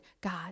God